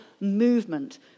movement